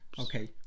Okay